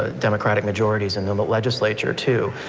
ah democratic majorities in the legislature too.